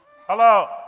Hello